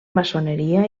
maçoneria